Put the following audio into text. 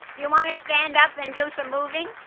you want to stand up and do some moving.